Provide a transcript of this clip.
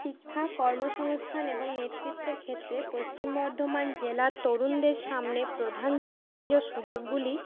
শিক্ষা কর্মসংওস্থান এবং নেতৃত্বের ক্ষেত্রে পশ্চিম বর্ধমান জেলার তরুণদের সামনে প্রধান চ্যালেঞ্জ ও সুযোগগুলি